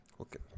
Okay